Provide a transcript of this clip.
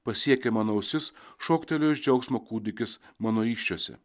pasiekė mano ausis šoktelėjo iš džiaugsmo kūdikis mano įsčiose